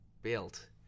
built